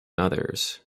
others